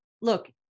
look